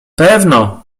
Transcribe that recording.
pewno